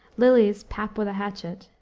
lyly's pap with a hatchet,